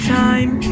time